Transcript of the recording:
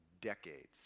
decades